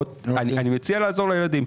אני מציע לעזור לילדים.